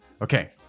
Okay